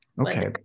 Okay